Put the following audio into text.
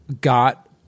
got